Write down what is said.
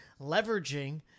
leveraging